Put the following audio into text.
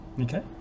okay